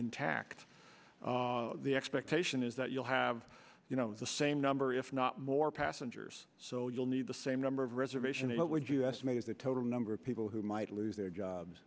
intact the expectation is that you'll have the same number if not more passengers so you'll need the same number of reservation what would you estimate is the total number of people who might lose their jobs